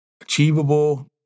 achievable